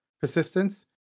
persistence